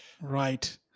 Right